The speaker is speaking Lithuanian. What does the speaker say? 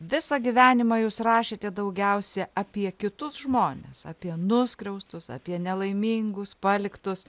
visą gyvenimą jūs rašėte daugiausia apie kitus žmones apie nuskriaustus apie nelaimingus paliktus